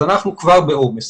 אז אנחנו כבר בעומס.